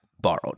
borrowed